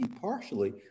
partially